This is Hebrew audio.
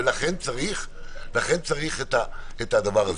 ולכן צריך את הדבר הזה.